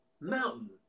mountain